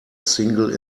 single